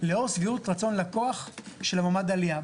לאור שביעות רצון לקוח של מועמד עלייה.